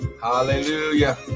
Hallelujah